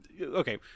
okay